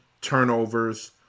turnovers